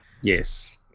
Yes